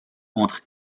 entre